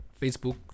facebook